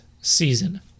season